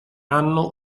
hanno